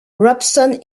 robson